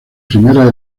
primeras